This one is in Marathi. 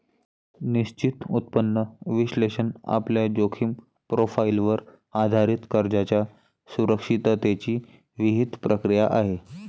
निश्चित उत्पन्न विश्लेषण आपल्या जोखीम प्रोफाइलवर आधारित कर्जाच्या सुरक्षिततेची विहित प्रक्रिया आहे